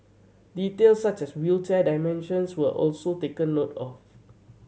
details such as wheelchair dimensions were also taken note of